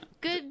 Good